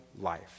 life